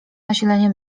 nasilenie